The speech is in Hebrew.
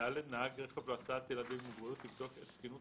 נהג רכב להסעת ילדים עם מוגבלות יבדוק את תקינות